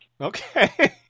okay